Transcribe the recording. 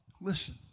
Listen